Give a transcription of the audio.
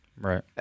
right